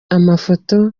amafoto